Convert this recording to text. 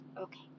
okay